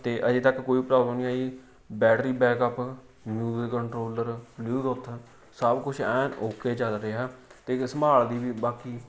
ਅਤੇ ਅਜੇ ਤੱਕ ਕੋਈ ਪ੍ਰੋਬਲਮ ਨਹੀਂ ਆਈ ਬੈਟਰੀ ਬੈਕਅਪ ਕੰਟਰੋਲਰ ਬਲਿਊਟੁੱਥ ਸਭ ਕੁਝ ਐਨ ਓਕੇ ਚੱਲ ਰਿਹਾ ਅਤੇ ਸੰਭਾਲ ਦੀ ਵੀ ਬਾਕੀ